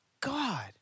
God